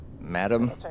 Madam